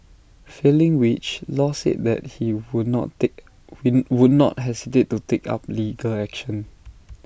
failing which law said that he would not take he would not hesitate to take up legal action